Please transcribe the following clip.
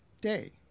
Day